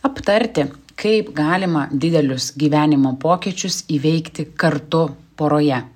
aptarti kaip galima didelius gyvenimo pokyčius įveikti kartu poroje